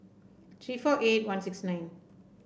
three four eight one six nine